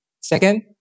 Second